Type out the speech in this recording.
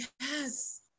Yes